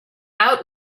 out